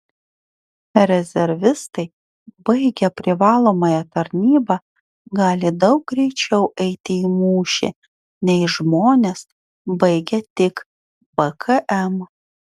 rezervistai baigę privalomąją tarnybą gali daug greičiau eiti į mūšį nei žmonės baigę tik bkm